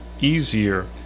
easier